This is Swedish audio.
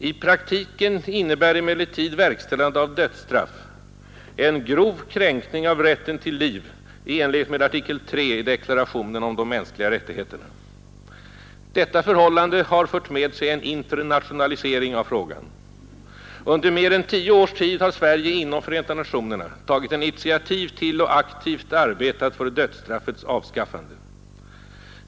I praktiken innebär emellertid verkställande av dödsstraff en grov kränkning av rätten till liv i enlighet med artikel 3 i deklarationen om de mänskliga rättigheterna. Detta förhållande har fört med sig en internationalisering av frågan. Under mer än 10 års tid har Sverige inom FN tagit initiativ till och aktivt arbetat för dödsstraffets avskaffande.